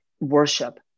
worship